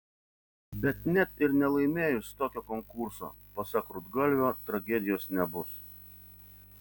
bet net ir nelaimėjus tokio konkurso pasak rudgalvio tragedijos nebus